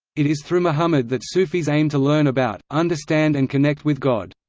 it is through muhammad that sufis aim to learn about, understand and connect with god.